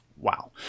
Wow